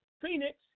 Phoenix